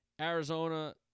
Arizona